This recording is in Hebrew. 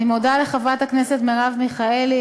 אני מודה לחברת הכנסת מרב מיכאלי,